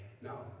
no